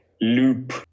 loop